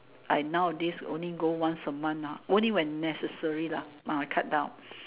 I nowadays only go once a month lah only when necessary lah orh I cut down